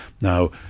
now